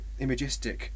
imagistic